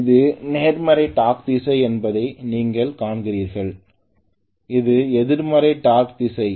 இது நேர்மறை டார்க் திசை என்பதை நீங்கள் காண்கிறீர்கள் இது எதிர்மறை டார்க் திசை